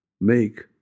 make